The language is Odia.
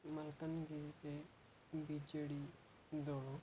ମାଲକାନଗିରିରେ ବି ଜେ ଡ଼ି ଦଳ